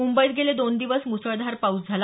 मुंबईत गेले दोन दिवस मुसळधार पाऊस झाला